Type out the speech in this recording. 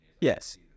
yes